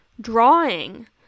drawing